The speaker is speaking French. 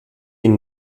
une